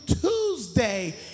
Tuesday